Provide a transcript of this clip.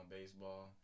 baseball